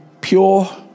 pure